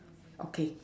okay